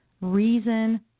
reason